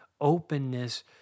openness